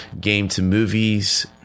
game-to-movies